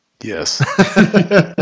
Yes